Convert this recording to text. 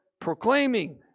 proclaiming